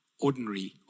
ordinary